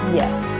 yes